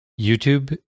YouTube